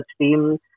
teams